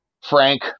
Frank